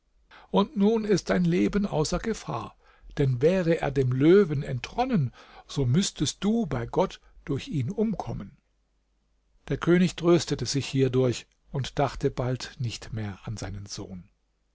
und nun ist dein leben außer gefahr denn wäre er dem löwen entronnen so müßtest du bei gott durch ihn umkommen der könig tröstete sich hierdurch und dachte bald nicht mehr an seinen sohn